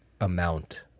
amount